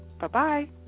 Bye-bye